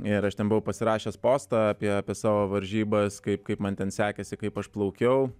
ir aš ten buvau pasirašęs postą apie apie savo varžybas kaip kaip man ten sekasi kaip aš plaukiau